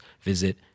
visit